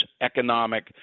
economic